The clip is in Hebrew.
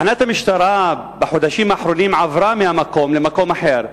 תחנת המשטרה עברה בחודשים האחרונים מהמקום למקום אחר.